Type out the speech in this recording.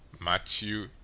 Matthew